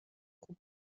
خوب